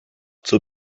zur